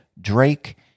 Drake